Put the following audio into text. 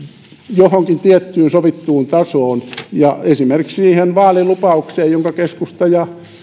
johonkin tiettyyn sovittuun tasoon ja esimerkiksi siihen vaalilupaukseen jonka keskusta ja